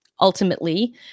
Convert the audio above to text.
Ultimately